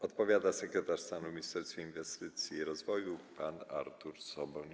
Odpowiada sekretarz stanu w Ministerstwie Inwestycji i Rozwoju pan Artur Soboń.